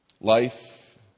Life